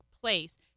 place